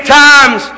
times